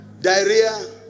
diarrhea